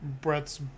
Brett's